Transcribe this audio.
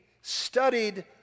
studied